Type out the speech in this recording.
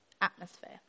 atmosphere